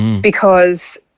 because-